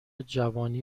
جوانی